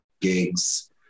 gigs